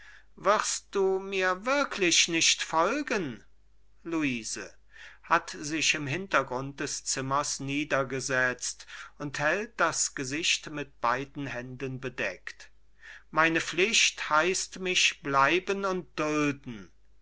willst du mir wirklich nicht folgen luise hat sich im hintergrund des zimmers niedergesetzt und hält das gesicht mit beiden händen bedeckt meine pflicht heißt mich bleiben und dulden